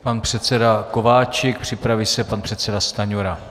Pan předseda Kováčik, připraví se pan předseda Stanjura.